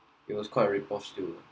it was quite a ripoff still